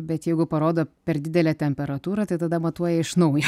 bet jeigu parodo per didelę temperatūrą tai tada matuoja iš naujo